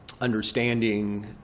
understanding